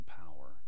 power